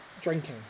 drinking